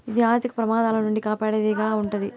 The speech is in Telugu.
ఇది ఆర్థిక ప్రమాదాల నుండి కాపాడేది గా ఉంటది